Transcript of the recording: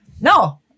no